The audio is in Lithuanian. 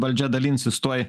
valdžia dalinsis tuoj